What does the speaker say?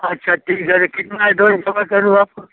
अच्छा ठीक है तो कितना करूँ आपको